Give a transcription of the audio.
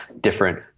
different